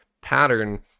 Pattern